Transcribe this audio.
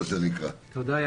תודה.